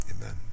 amen